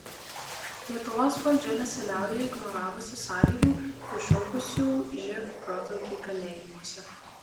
lietuvos valdžia nesiliauja ignoravusi sąlygų iššaukusių živ protrūkį kalėjimuose